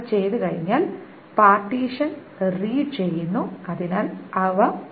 അത് ചെയ്തുകഴിഞ്ഞാൽ partition read ചെയ്യുന്നു അതിനാൽ ഇവ പാർട്ടീഷനുകളാണ്